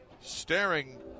staring